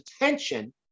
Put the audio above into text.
attention